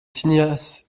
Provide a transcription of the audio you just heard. tignasses